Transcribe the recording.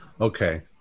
Okay